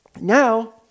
now